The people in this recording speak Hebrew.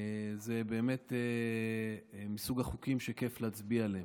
זה באמת מסוג החוקים שכיף להצביע עליהם.